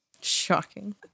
Shocking